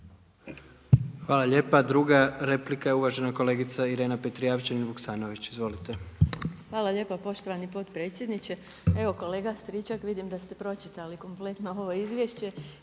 Hvala lijepa. Druga replika je uvažena kolegica Irena Petrijevčanin Vuksanović. Izvolite. **Petrijevčanin Vuksanović, Irena (HDZ)** Hvala lijepa poštovani potpredsjedniče. Evo kolega Stričak vidim da ste pročitali kompletno ovo izvješće